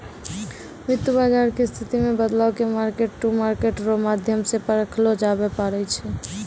वित्त बाजार के स्थिति मे बदलाव के मार्केट टू मार्केट रो माध्यम से परखलो जाबै पारै छै